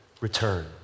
return